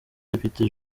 depite